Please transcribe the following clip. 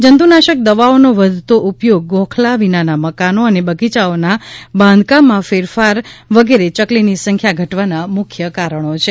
જંતુનાશક દવાઓનો વધતો ઉપયોગ ગોખલા વિનાનાં મકાનો અને બગીચાઓનાં બાંધકામમાં ફેરફાર વગેરે ચકલીની સંખ્યા ઘટવાના મુખ્ય કારણો છે